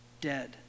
dead